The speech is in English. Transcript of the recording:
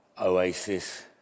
oasis